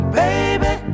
baby